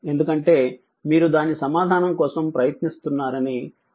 ఎందుకంటే మీరు దాని సమాధానం కోసం ప్రయత్నిస్తారని ఆశిస్తున్నాను